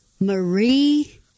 Marie